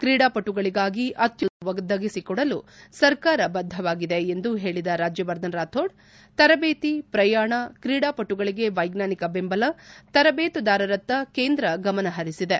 ಕ್ರೀಡಾಪಟುಗಳಿಗಾಗಿ ಅತ್ಯುತ್ತಮವಾದುದನ್ನು ಒದಗಿಸಿಕೊಡಲು ಸರ್ಕಾರ ಬದ್ದವಾಗಿದೆ ಎಂದು ಹೇಳಿದ ರಾಜ್ಞವರ್ಧನ್ ರಾಥೋಡ್ ತರಬೇತಿ ಪ್ರಯಾಣ ತ್ರೀಡಾಪಟುಗಳಿಗೆ ವೈಜ್ಞಾನಿಕ ಬೆಂಬಲ ತರಬೇತುದಾರರತ್ತ ಕೇಂದ್ರ ಗಮನಹರಿಸಿದೆ